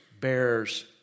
bears